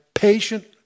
patient